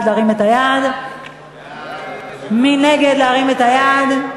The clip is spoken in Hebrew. עמוד 166,